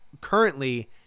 currently